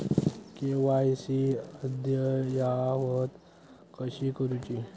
KYC अद्ययावत कशी करुची?